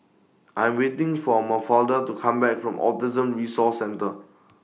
I'm waiting For Mafalda to Come Back from Autism Resource Centre